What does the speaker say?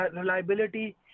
reliability